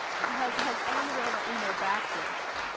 has has on the road ah in their backlist,